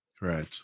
Right